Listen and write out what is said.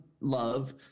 love